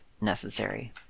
necessary